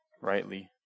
rightly